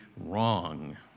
wrong